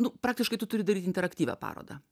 nu praktiškai tu turi daryt interaktyvią parodą